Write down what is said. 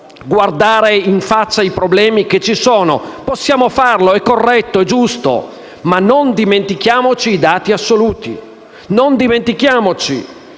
non dimentichiamoci i dati assoluti,